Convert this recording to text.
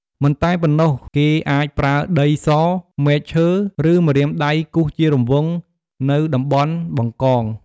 មិនតែប៉ុណ្ណោះគេអាចប្រើដីស មែកឈើ ឬម្រាមដៃគូសជារង្វង់ នៅតំបន់បង្កង។